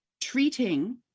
treating